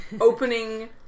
opening